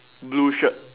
blue shirt